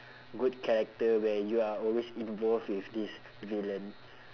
good character where you are always involved with this villain